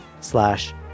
slash